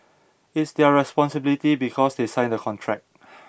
it's their responsibility because they sign the contract